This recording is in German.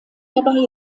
dabei